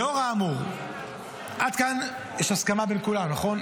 לאור האמור, עד כאן יש הסכמה בין כולם, נכון?